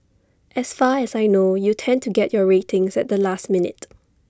as far as I know you tend to get your ratings at the last minute